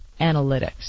analytics